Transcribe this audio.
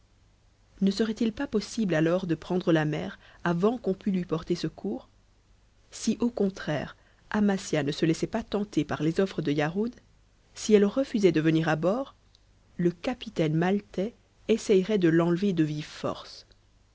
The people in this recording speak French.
ne serait-il pas possible alors de prendre la mer avant qu'on pût lui porter secours si au contraire amasia ne se laissait pas tenter par les offres de yarhud si elle refusait de venir à bord le capitaine maltais essayerait de l'enlever de vive force